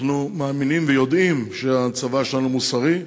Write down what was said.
אנחנו מאמינים ויודעים שהצבא שלנו מוסרי,